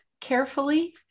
carefully